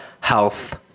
Health